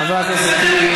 אומר, חבר הכנסת טיבי.